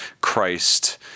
Christ